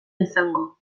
izango